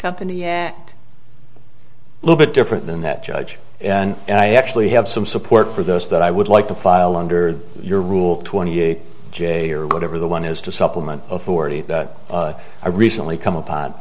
company act little bit different than that judge and i actually have some support for those that i would like to file under your rule twenty eight j or whatever the one is to supplement authority i recently come upon